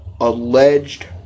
alleged